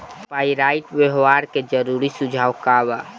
Pyrite व्यवहार के जरूरी सुझाव का वा?